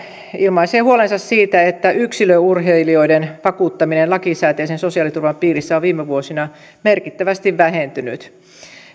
ilmaisee huolensa siitä että yksilöurheilijoiden vakuuttaminen lakisääteisen sosiaaliturvan piirissä on viime vuosina merkittävästi vähentynyt